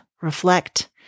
reflect